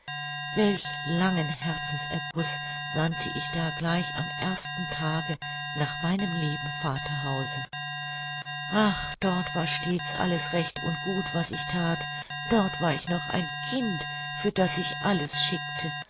welch langen herzenserguß sandte ich da gleich am ersten tage nach meinem lieben vaterhause ach dort war stets alles recht und gut was ich that dort war ich noch ein kind für das sich alles schickte